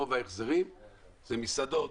רוב ההחזרים זה מסעדות.